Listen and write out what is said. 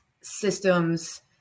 systems